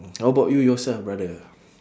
how about you yourself brother